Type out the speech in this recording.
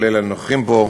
כולל הנוכחים פה,